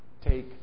Take